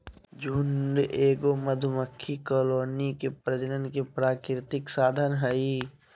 झुंड एगो मधुमक्खी कॉलोनी के प्रजनन के प्राकृतिक साधन हइ